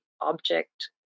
object